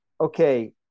okay